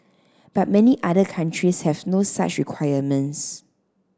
but many other countries have no such requirements